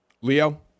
Leo